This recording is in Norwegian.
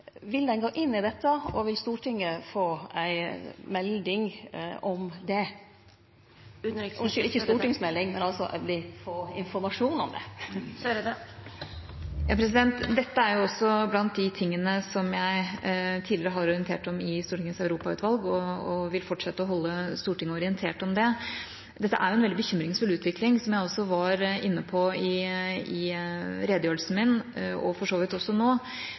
Vil ein gå inn i dette, og vil Stortinget få informasjon om det? Dette er også blant de tingene som jeg tidligere har orientert om i Stortingets Europautvalg, og jeg vil fortsette å holde Stortinget orientert om det. Dette er en veldig bekymringsfull utvikling, som jeg også var inne på i redegjørelsen min, og for så vidt også nå,